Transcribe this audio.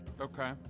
Okay